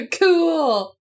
Cool